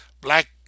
Black